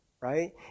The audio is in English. right